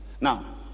Now